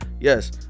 Yes